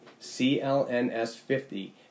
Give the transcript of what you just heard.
CLNS50